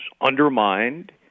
undermined